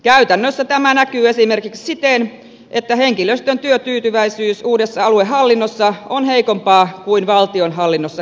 käytännössä tämä näkyy esimerkiksi siten että henkilöstön työtyytyväisyys uudessa aluehallinnossa on heikompaa kuin valtionhallinnossa keskimäärin